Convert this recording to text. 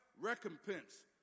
recompense